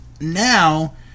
now